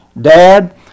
dad